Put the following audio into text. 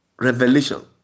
revelation